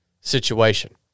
situation